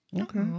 okay